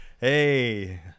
hey